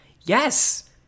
Yes